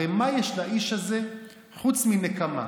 הרי מה יש לאיש הזה חוץ מנקמה,